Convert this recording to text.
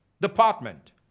department